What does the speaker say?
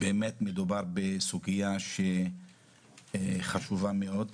באמת, מדובר בסוגיה שחשובה מאוד,